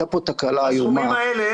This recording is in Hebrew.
לא נכנסתי לעניין הזה, אני אומר לך את האמת.